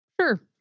Sure